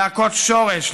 להכות שורש,